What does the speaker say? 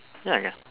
ya ya